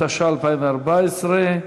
התשע"ה 2014,